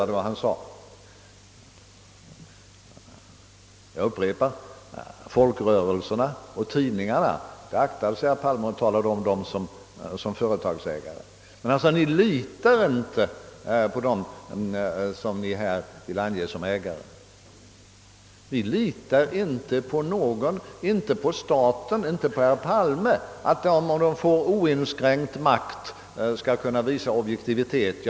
Herr Palme aktade sig för att tala om folkrörelserna och tidningarna såsom företagsägare. Men han sade: Ni litar inte på dem som ni vill ange som ägare. Vi litar inte på någon, inte på staten och inte på herr Palme heller; vi litar inte på att någon skall kunna visa objektivitet, om han får oinskränkt makt.